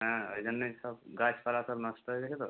হ্যাঁ ওই জন্যেই সব গাছপালা সব নষ্ট হয়ে গেছে তো